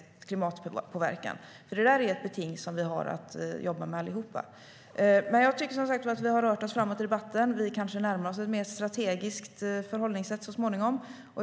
Det där är ett beting som vi har att jobba med allihop. Jag tycker som sagt att vi har rört oss framåt i debatten. Vi kanske närmar oss ett mer strategiskt förhållningssätt så småningom.